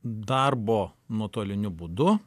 darbo nuotoliniu būdu